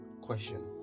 question